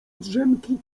drzemki